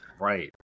Right